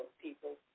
people